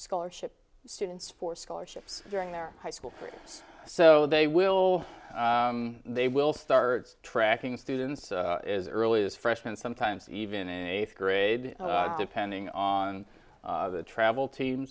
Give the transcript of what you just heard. scholarship students for scholarships during their high school so they will they will start tracking students as early as freshman sometimes even in eighth grade depending on the travel team